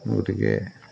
গতিকে